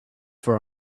for